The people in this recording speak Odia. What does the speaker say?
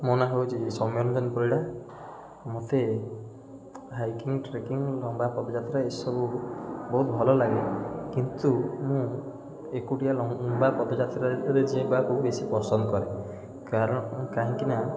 ମୋ ନାଁ ହେଉଛି ସୋମ୍ୟରଞ୍ଜନ ପରିଡ଼ା ମୋତେ ହାଇକିଙ୍ଗ ଟ୍ରେକିଙ୍ଗ ଲମ୍ବା ପଦଯାତ୍ରା ଏ ସବୁ ବହୁତ ଭଲ ଲାଗେ କିନ୍ତୁ ମୁଁ ଏକୁଟିଆ ଲମ୍ବା ପଦଯାତ୍ରାରେ ଯିବାକୁ ବେଶୀ ପସନ୍ଦ କରେ କାରଣ କାହିଁକିନା